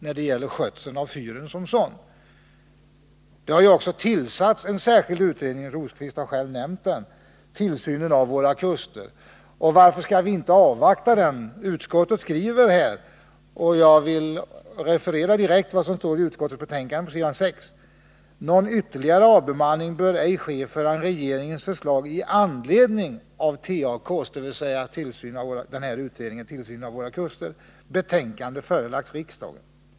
Birger Rosqvist nämnde själv att en särskild utredning tillsatts, nämligen utredningen om tillsyn av kusterna, den s.k. TAK-utredningen. Varför skall vi då inte avvakta resultatet av den? Utskottet skriver i det sammanhanget på s. 6 i betänkandet: ”Någon ytterligare avbemanning bör ej ske förrän regeringens förslag i anledning av TAK:s betänkande förelagts riksdagen.